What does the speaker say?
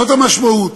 זאת המשמעות.